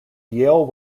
yale